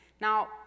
Now